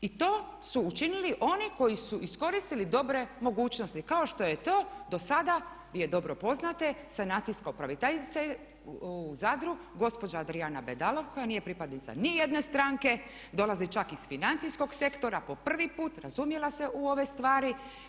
I to su učinili oni koji su iskoristili dobre mogućnosti kao što je to do sada, vi je dobro poznate, sanacijska upraviteljica u Zadru, gospođa Adrijana Bedalov koja nije pripadnica ni jedna stranke, dolazi čak iz financijskog sektora, po prvi put razumjela se u ove stvari.